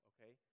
Okay